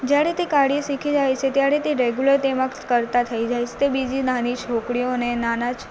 જ્યારે તે કાર્ય શીખી જાય છે ત્યારે તે રેગ્યુલર તેમાં કરતાં થઈ જાય છે તે બીજી નાની છોકરીઓને નાના